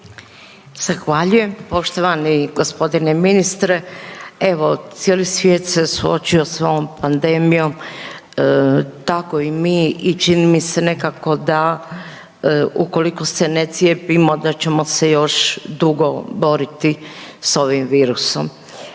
Zahvaljujem poštovani g. ministre. Evo, cijeli svijet se suočio s ovom pandemijom, tako i mi i čini mi se nekako da ukoliko se ne cijepimo da ćemo se još dugo boriti s ovim virusom.